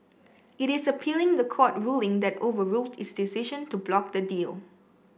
it is appealing the court ruling that overruled its decision to block the deal